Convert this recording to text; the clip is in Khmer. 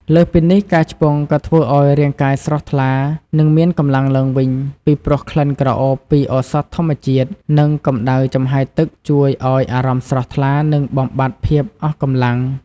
លើសពីនេះ ការឆ្ពង់ក៏ធ្វើឲ្យរាងកាយស្រស់ថ្លា និងមានកម្លាំងឡើងវិញ ពីព្រោះក្លិនក្រអូបពីឱសថធម្មជាតិ និងកម្ដៅចំហាយទឹកជួយឲ្យអារម្មណ៍ស្រស់ថ្លា និងបំបាត់ភាពអស់កម្លាំង។